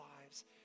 lives